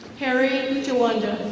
harry jewanda.